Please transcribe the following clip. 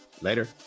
Later